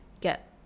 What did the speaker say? get